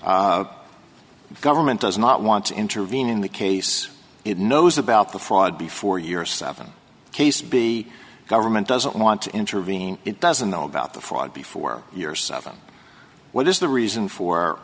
a government does not want to intervene in the case it knows about the fraud before year seven case be government doesn't want to intervene it doesn't know about the fraud before yourself and what is the reason for